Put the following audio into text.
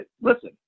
listen